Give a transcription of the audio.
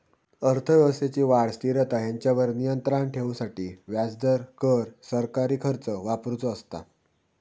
अर्थव्यवस्थेची वाढ, स्थिरता हेंच्यावर नियंत्राण ठेवूसाठी व्याजदर, कर, सरकारी खर्च वापरुचो असता